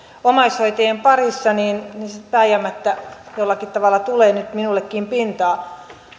omaishoitajien parissa niin se vääjäämättä jollakin tavalla tulee nyt minullekin pintaan